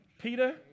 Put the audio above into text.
Peter